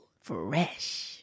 Fresh